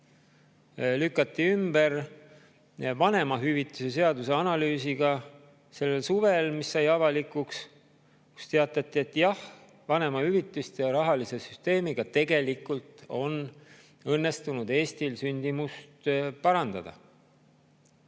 lükati ümber vanemahüvitise seaduse analüüsiga sellel suvel. See sai avalikuks, seal teatati, et jah, vanemahüvitiste rahalise süsteemiga tegelikult on õnnestunud Eestis sündimust parandada,